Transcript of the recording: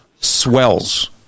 swells